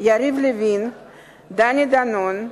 יריב לוין ודני דנון,